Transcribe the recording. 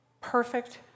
perfect